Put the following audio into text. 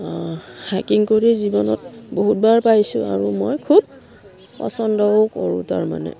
hiking কৰি জীৱনত বহুত বাৰ পাইছোঁ আৰু মই খুব পচন্দও কৰোঁ তাৰমানে